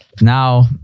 Now